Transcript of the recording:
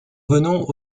venons